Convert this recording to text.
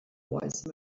wise